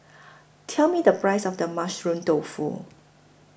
Tell Me The Price of The Mushroom Tofu